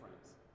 friends